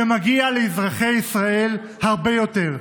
ומגיע לאזרחי ישראל הרבה יותר.